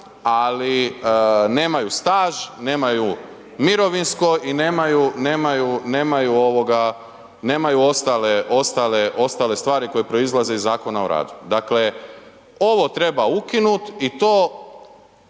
ali nemaju staž, nemaju mirovinsko i nemaju ostale stvari koje proizlaze iz Zakona o radu. Dakle ovo treba ukinut i to